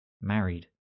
Married